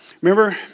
Remember